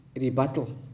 rebuttal